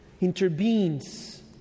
intervenes